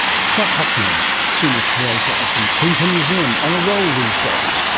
scott hocknull, senior curator at the queensland museum, on a roll these days,